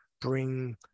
bring